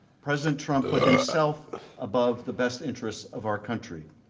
president trump put himself above the best interest of our country.